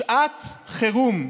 שעת חירום,